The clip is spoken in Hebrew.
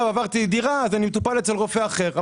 עברתי דירה אז אני מטופל אצל רופא אחר,